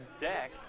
deck